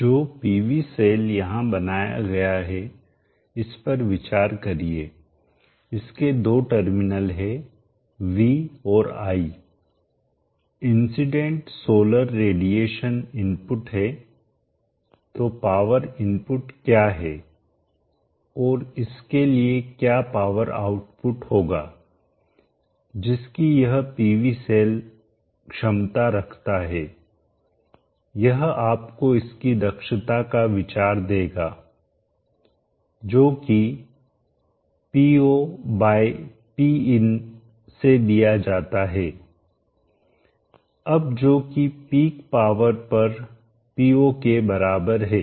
जो PV cell यहां बनाया गया है इस पर विचार करिए इसके दो टर्मिनल है V और I incident solar radiation input है तो पावर इनपुट क्या है और इसके लिए क्या पावर आउटपुट होगा जिसकी यह पीवी सेल क्षमता रखता है यह आपको इसकी दक्षता का विचार देगा जो कि P0 बाय Pin से दिया जाता है अब जो कि पीक पावर पर P0 के बराबर है